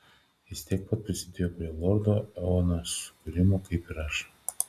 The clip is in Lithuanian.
jis tiek pat prisidėjo prie lordo eono sukūrimo kaip ir aš